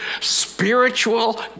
spiritual